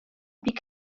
бик